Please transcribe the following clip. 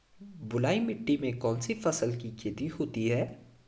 बलुई मिट्टी में कौनसी फसल की खेती होती है?